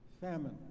famine